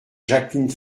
jacqueline